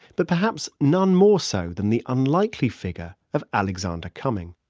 but perhaps none more so than the unlikely figure of alexander cumming.